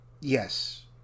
yes